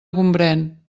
gombrèn